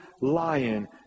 lion